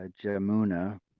Jamuna